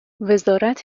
وزارت